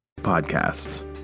Podcasts